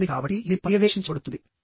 ఈ రంధ్రాలు టెన్షన్ ని తీసుకోవు